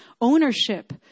ownership